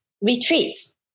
retreats